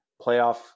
playoff